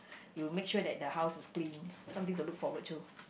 you make sure that the house is clean something to look forward to